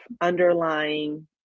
underlying